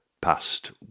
past